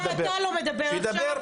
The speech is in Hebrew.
גם אתה לא מדבר עכשיו.